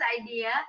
idea